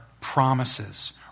promises